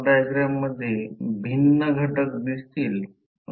हे H आहे H ही मॅग्नेटिक इन्टेन्सिटी किंवा मग्नेटायझिंग फोर्स आहे